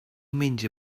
menja